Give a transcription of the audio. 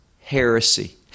heresy